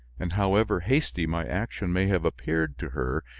and, however hasty my action may have appeared to her,